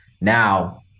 Now